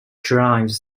drives